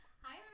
Hi